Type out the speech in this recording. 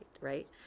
right